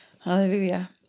Hallelujah